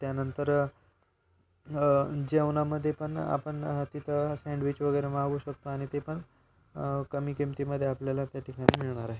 त्यानंतर जेवणामध्ये पण आपण तिथं सँडविच वगैरे मागवू शकतो आणि ते पण कमी किमतीमध्ये आपल्याला त्या ठिकाणी मिळणार आहे